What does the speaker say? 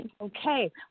Okay